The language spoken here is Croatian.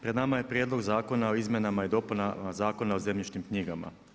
Pred nama je Prijedlog zakona o izmjenama i dopunama Zakona o zemljišnim knjigama.